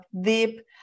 deep